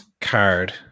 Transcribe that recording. card